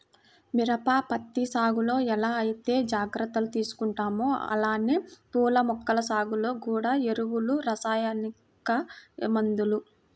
మిరప, పత్తి సాగులో ఎలా ఐతే జాగర్తలు తీసుకుంటామో అలానే పూల మొక్కల సాగులో గూడా ఎరువులు, రసాయనిక మందులు